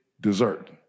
Dessert